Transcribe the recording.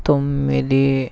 తొమ్మిది